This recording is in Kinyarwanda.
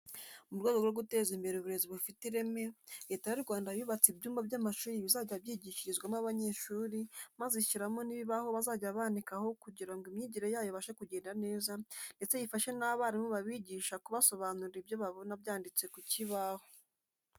Mu rwego rwo guteza imbere uburezi bufite ireme, Leta y'u Rwanda yubatse ibyumba by'amashuri bizajya byigishirizwamo abanyeshuri maze ishyiramo n'ibibaho bazajya bandikaho kugira ngo imyigire yabo ibashe kugenda neza ndetse bifashe n'abarimu babigisha kubasobanurira ibyo babona byanditse ku kibaho.